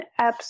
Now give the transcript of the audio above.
apps